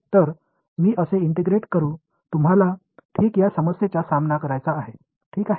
तर मी कसे इंटिग्रेट करू तुम्हाला ठीक या समस्येचा सामना करायचा आहे ठीक आहे